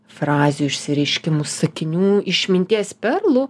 frazių išsireiškimų sakinių išminties perlų